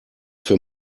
für